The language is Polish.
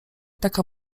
taka